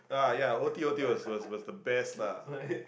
right